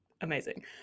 amazing